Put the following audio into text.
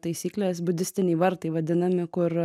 taisyklės budistiniai vartai vadinami kur